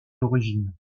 origines